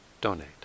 donate